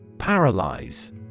Paralyze